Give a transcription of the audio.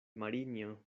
marinjo